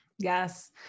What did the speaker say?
Yes